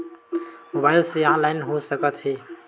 Mobile से online हो सकत हे?